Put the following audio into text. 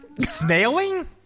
Snailing